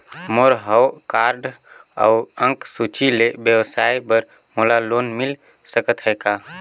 मोर हव कारड अउ अंक सूची ले व्यवसाय बर मोला लोन मिल सकत हे का?